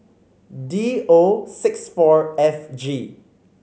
D O six four F G